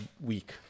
week